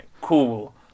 Cool